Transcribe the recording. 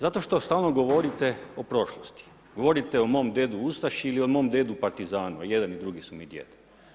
Zato što stalno govorite o prošlosti, govorite o mom dedu ustaši ili mom dedu partizanu, i jedan i drugi su mi djed.